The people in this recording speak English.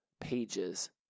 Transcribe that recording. pages